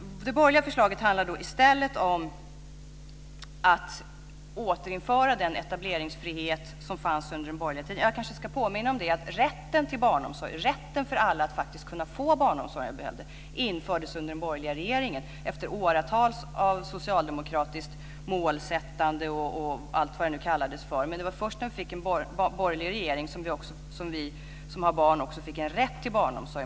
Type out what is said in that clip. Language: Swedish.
Det borgerliga förslaget handlar i stället om att återinföra den etableringsfrihet som fanns under den borgerliga tiden. Jag kanske ska påminna om att rätten för alla att få barnomsorg infördes under den borgerliga regeringen efter åratal av socialdemokratiskt målsättande osv. Det var först med en borgerlig regering som vi med barn fick en rätt till barnomsorg.